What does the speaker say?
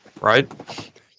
Right